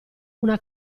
una